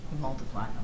Multiply